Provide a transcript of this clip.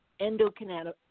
endocannabinoids